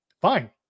fine